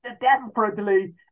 desperately